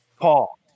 paul